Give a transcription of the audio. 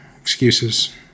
Excuses